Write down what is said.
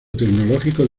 tecnológico